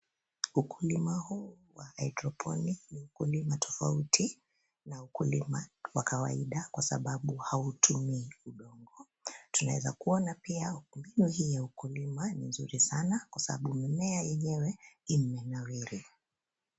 Ukulima huu wa hydroponic ni ukulima tofauti na ukulima wa kawaida kwa sababu hautumii udongo. Tunaweza kuona mbinu hiyo ya ukulima ni nzuri sana kwa sababu mimea yenyewe imenawiri.